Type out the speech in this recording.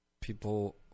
people